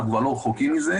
אנחנו כבר לא רחוקים מזה.